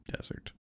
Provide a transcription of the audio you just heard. desert